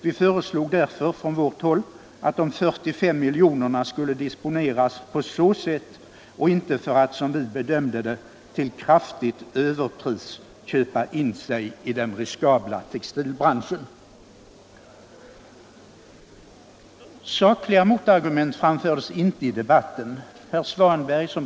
Vi föreslog därför från vårt håll att de 45 miljonerna skulle disponeras på så sätt och inte för att, som vi bedömde det, till kraftigt överpris köpa in sig i den riskabla textilbranschen. Sakliga motargument framfördes inte i debatten. Herr Svanberg, som .